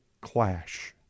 clash